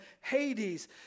Hades